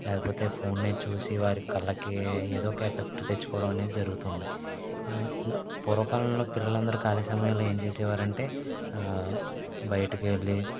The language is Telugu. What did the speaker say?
లేకపోతే ఫోన్ చూసి వారి కళ్ళకి ఎదో ఒక ఎఫెక్ట్ తెచ్చుకోవడం అనేది జరుగుతుంది ఈ పూర్వకాలంలో పిల్లలందరూ ఖాళీ సమయాల్లో ఏం చేసేవారంటే బయటకు వెళ్లి